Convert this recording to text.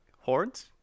horns